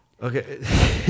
Okay